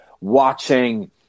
watching